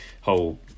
whole